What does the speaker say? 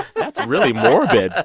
that's really morbid.